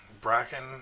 Bracken